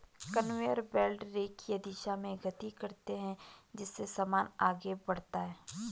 conveyor belt रेखीय दिशा में गति करते हैं जिससे सामान आगे बढ़ता है